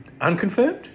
Unconfirmed